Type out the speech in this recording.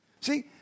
See